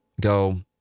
go